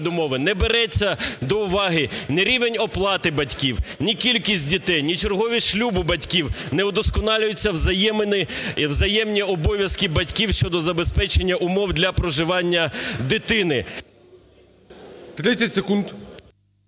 не береться до уваги ні рівень оплати батьків, ні кількість дітей, ні черговість шлюбу батьків, не удосконалюються взаємини, взаємні обов'язки батьків щодо забезпечення умов для проживання дитини. ГОЛОВУЮЧИЙ.